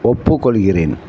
ஒப்புக்கொள்கிறேன்